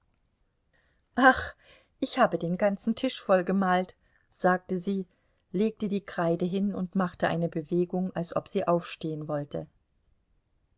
ach ich habe den ganzen tisch vollgemalt sagte sie legte die kreide hin und machte eine bewegung als ob sie aufstehen wollte